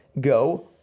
go